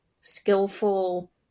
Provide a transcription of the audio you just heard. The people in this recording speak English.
skillful